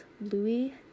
Louis